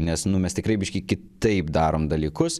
nes nu mes tikrai biškį kitaip darom dalykus